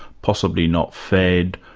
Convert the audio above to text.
possibly not fed,